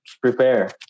prepare